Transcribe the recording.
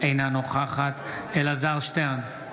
אינה נוכחת אלעזר שטרן,